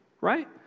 right